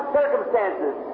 circumstances